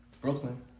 Brooklyn